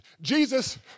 Jesus